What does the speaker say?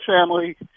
family